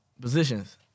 positions